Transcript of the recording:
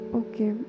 okay